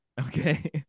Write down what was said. Okay